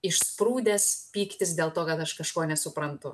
išsprūdęs pyktis dėl to kad aš kažko nesuprantu